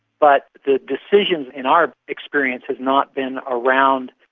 but the decisions in our experience has not been around,